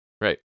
Right